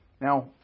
Now